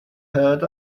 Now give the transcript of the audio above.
heard